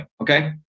okay